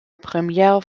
première